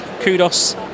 kudos